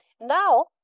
now